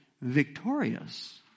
victorious